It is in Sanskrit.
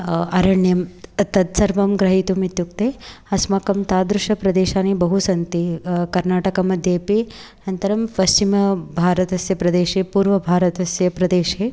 अरण्यं त तत् सर्वं ग्रहीतुम् इत्युक्ते अस्माकं तादृशप्रदेशानि बहु सन्ति कर्नाटकमध्येपि अनन्तरं पश्चिमभारतस्य प्रदेशे पूर्वभारतस्य प्रदेशे